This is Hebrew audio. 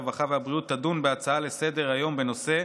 הרווחה והבריאות תדון בהצעה לסדר-היום בנושא: